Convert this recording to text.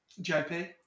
JP